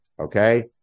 Okay